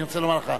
אני רוצה לומר לך,